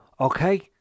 okay